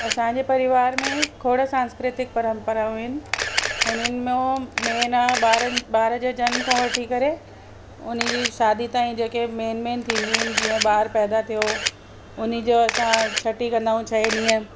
असांजे परिवार में खोड़ सांस्कृतिक परम्पराऊं आहिनि हुननि मो में न ॿारनि ॿार जे जनम खां वठी करे हुन जी शादी ताईं जेके मेन मेन थींदियूं आहिनि जीअं ॿारु पैदा थियो उन जो असां छठी कंदा आहियूं छह ॾींहुं